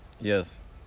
Yes